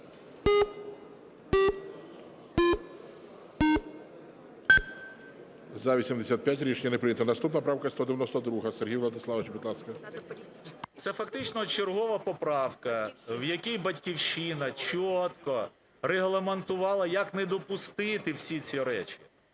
За-85 Рішення не прийнято. Наступна правка 192. Сергію Владиславовичу, будь ласка, 13:56:10 СОБОЛЄВ С.В. Це фактично чергова поправка, в якій "Батьківщина" чітко регламентувала, як не допустити всі ці речі.